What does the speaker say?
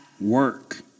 work